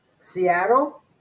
Seattle